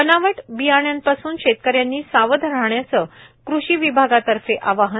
बनावट बियाण्यापास्न शेतकऱ्यांनी सावध राहण्याच कृषी विभागातर्फे आवाहन